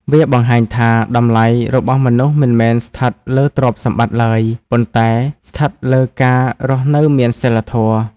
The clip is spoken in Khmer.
វាបង្ហាញថា តម្លៃរបស់មនុស្សមិនមែនស្ថិតលើទ្រព្យសម្បត្តិឡើយ ប៉ុន្តែស្ថិតលើការរស់នៅមានសីលធម៌។